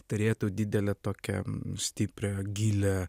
turėtų didelę tokią stiprią gilią